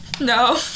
No